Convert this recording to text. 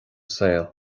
saol